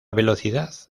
velocidad